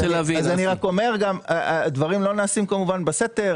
הדברים לא נעשים בסתר,